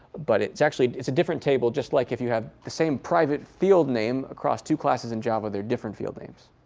but it's actually a different table, just like if you have the same private field name across two classes in java they're different field names.